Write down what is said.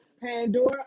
Pandora